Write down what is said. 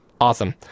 awesome